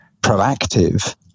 proactive